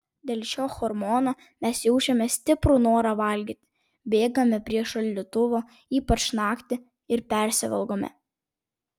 dėl šio hormono mes jaučiame stiprų norą valgyti bėgame prie šaldytuvo ypač naktį ir persivalgome